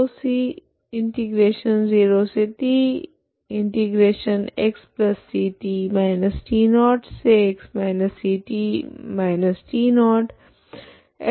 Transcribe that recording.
तो x0 तथा t0 नकली चर है